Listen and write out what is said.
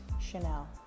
Chanel